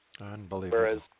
Unbelievable